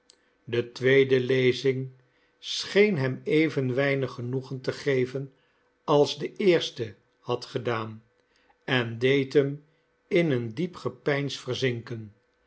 de tweede lezing scheen hem even weinig genoegen te geven als de eerste had gedaan en deed hem in een diep gepeins verzinken